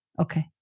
okay